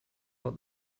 what